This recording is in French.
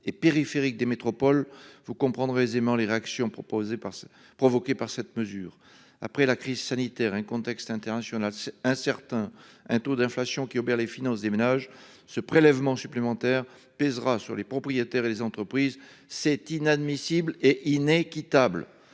et périphériques des métropoles, vous comprendrez aisément les réactions proposée par ceux provoqués par cette mesure. Après la crise sanitaire. Un contexte international incertain, un taux d'inflation qui obère les finances des ménages, ce prélèvement supplémentaire pèsera sur les propriétaires et les entreprises. C'est inadmissible et inéquitable.